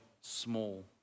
small